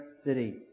city